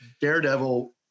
Daredevil